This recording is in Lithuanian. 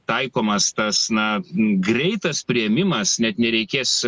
taikomas tas na greitas priėmimas net nereikės